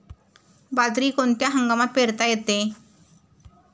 बाजरी कोणत्या हंगामात पेरता येते?